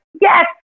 yes